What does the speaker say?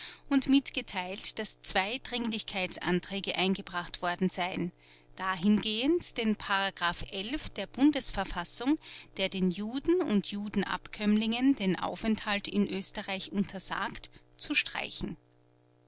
und mitgeteilt daß zwei dringlichkeitsanträge eingebracht worden seien dahingehend den paragraph der bundesverfassung der den juden und judenabkömmlingen den aufenthalt in oesterreich untersagt zu streichen